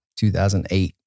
2008